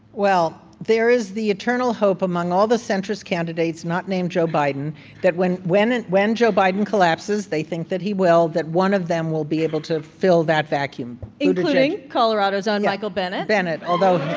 well, there is the eternal hope among all the centrist candidates not named joe biden that when when and joe biden collapses they think that he will that one of them will be able to fill that vacuum including colorado's own michael bennet bennet, although